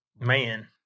Man